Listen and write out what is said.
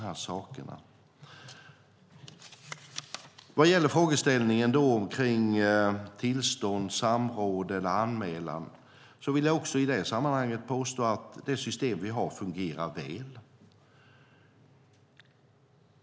När det gäller frågan om tillstånd, samråd eller anmälan vill jag påstå att det system vi har fungerar väl.